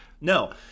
No